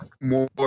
more